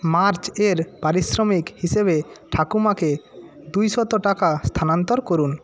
March এর পারিশ্রমিক হিসেবে ঠাকুমাকে দুই শত টাকা স্থানান্তর করুন